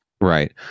right